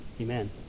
amen